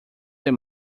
ser